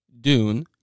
dune